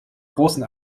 großen